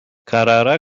karara